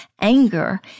anger